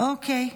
אוקיי.